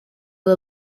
who